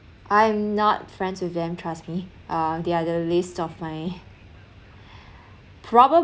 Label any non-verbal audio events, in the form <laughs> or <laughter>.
I'm not friends with them trust me uh they are the least of my <laughs>